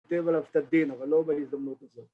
כותב עליו את הדין, אבל לא בהזדמנות הזו.